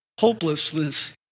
hopelessness